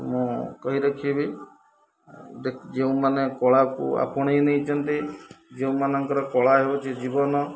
ମୁଁ କହି ରଖିବି ଯେଉଁମାନେ କଳାକୁ ଆପଣେଇ ନେଇଛନ୍ତି ଯେଉଁମାନଙ୍କର କଳା ହେଉଛି ଜୀବନ